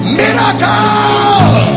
miracle